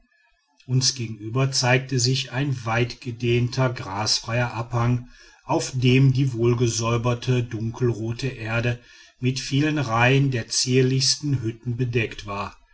uns gegenüber zeigte sich ein weitgedehnter grasfreier abhang auf dem die wohlgesäuberte dunkelrote erde mit vielen reihen der zierlichsten hütten bedeckt war